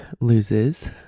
loses